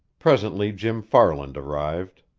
presently jim farland arrived.